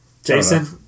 Jason